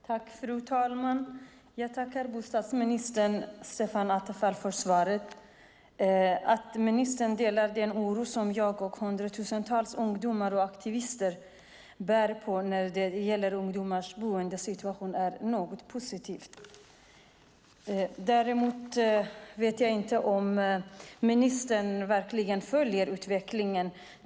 Fru talman! Jag tackar bostadsminister Stefan Attefall för svaret. Att ministern delar den oro som jag och hundratusentals ungdomar och aktivister bär på när det gäller ungdomars boendesituation är något positivt. Däremot vet jag inte om ministern verkligen följer utvecklingen.